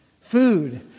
Food